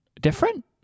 different